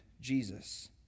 Jesus